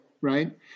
right